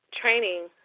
training